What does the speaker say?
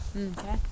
Okay